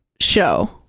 show